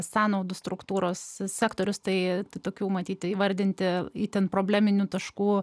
sąnaudų struktūros sektorius tai tokių matyti įvardinti itin probleminių taškų